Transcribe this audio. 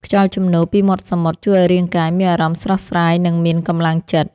ខ្យល់ជំនោរពីមាត់សមុទ្រជួយឱ្យរាងកាយមានអារម្មណ៍ស្រស់ស្រាយ និងមានកម្លាំងចិត្ត។